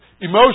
Emotions